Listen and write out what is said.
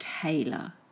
Taylor